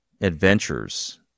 adventures